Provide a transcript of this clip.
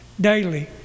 daily